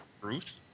Truth